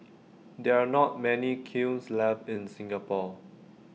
there are not many kilns left in Singapore